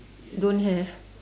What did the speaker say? don't have